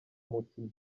mukino